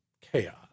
chaos